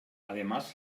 además